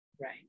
Right